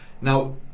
Now